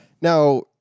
Now